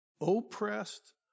oppressed